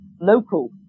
local